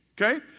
okay